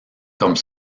comme